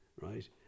right